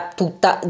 tutta